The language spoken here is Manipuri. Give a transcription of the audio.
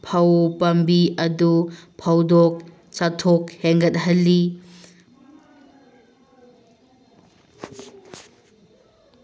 ꯐꯧ ꯄꯥꯝꯕꯤ ꯑꯗꯨ ꯐꯧꯗꯣꯛ ꯆꯥꯊꯣꯛ ꯍꯦꯟꯒꯠꯍꯜꯂꯤ